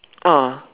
ah